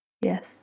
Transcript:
Yes